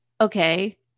okay